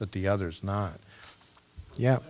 that the others not yeah